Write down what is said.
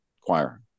choir